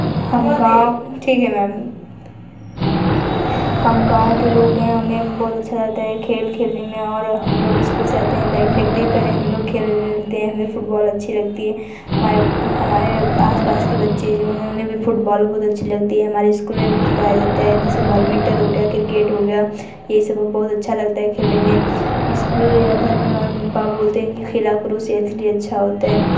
हम गाँव ठीक है मेम हम गाँव के लोग हैं हमें बहुत अच्छा लगता है खेल खेलने में और हम लोग इस्कुल से आते है बेग फेंकते पहले हम लोग खेलते हैं फुटबॉल अच्छी लगती है हमारे आस पास के बच्चे जो हैं उन्हें भी फुटबॉल बहुत अच्छी लगती है हमारे इस्कुल में भी खिलाया जाता है जैसे बॉलमिंटल हो गया क्रिकेट हो गया ये सब बहुत अच्छा लगता है खेलने में इस्कुल या घर में माँ बोलते हैं कि खेला करो सेहत के लिए अच्छा होता है